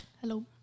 hello